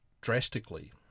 drastically